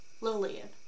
Lillian